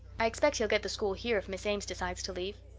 i expect he'll get the school here if miss ames decides to leave.